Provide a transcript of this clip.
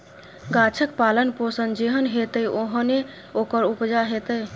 गाछक पालन पोषण जेहन हेतै ओहने ओकर उपजा हेतै